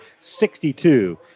62